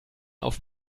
auf